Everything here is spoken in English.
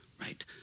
right